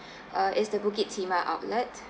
uh it's the bukit timah outlet